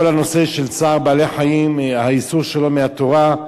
כל הנושא של צער בעלי-חיים, האיסור שלו מהתורה.